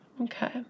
Okay